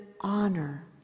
honor